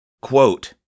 quote